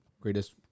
greatest